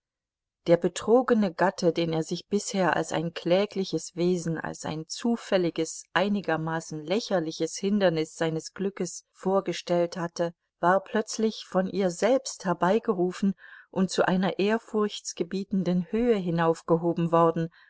der betrogene gatte den er sich bisher als ein klägliches wesen als ein zufälliges einigermaßen lächerliches hindernis seines glückes vorgestellt hatte war plötzlich von ihr selbst herbeigerufen und zu einer ehrfurchtgebietenden höhe hinaufgehoben worden